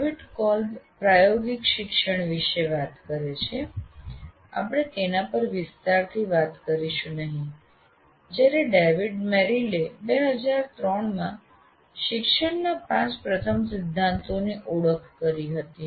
David Kolb પ્રાયોગિક શિક્ષણ વિશે વાત કરે છે આપણે તેના પર વિસ્તારથી વાત કરીશું નહીં જ્યારે ડેવિડ મેરિલે 2013 માં શિક્ષણના પાંચ પ્રથમ સિદ્ધાંતોની ઓળખ કરી હતી